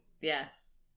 Yes